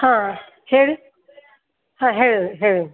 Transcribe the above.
ಹಾಂ ಹೇಳಿ ಹಾಂ ಹೇಳು ಹೇಳು